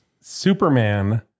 Superman